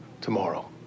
tomorrow